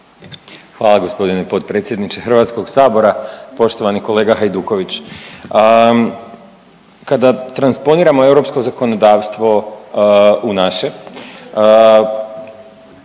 Hvala g. potpredsjedniče HS. Poštovani kolega Hajduković, kada transponiramo europsko zakonodavstvo u naše